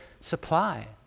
supply